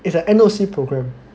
it's a N_O_C programme